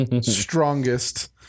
strongest